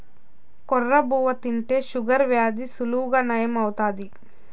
కొర్ర బువ్వ తింటే షుగర్ వ్యాధి సులువుగా నయం అవుతాది